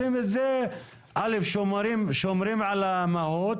שומרים על המהות